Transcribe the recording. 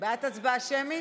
בעד הצבעה שמית?